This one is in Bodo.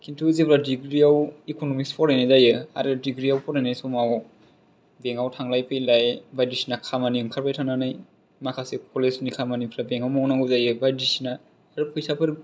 खिन्थु जेब्ला डिग्रि याव इख'न'मिक्स फरायनाय जायो आरो डिग्रि याव फरायनाय समाव बेंक आव थांलाय फैलाय बायदिसिना खामानि ओंखारबाय थानानै माखासे कलेज नि खामानिफ्रा बेंक याव मावनांगौ जायो बायदिसिना फैसाफोर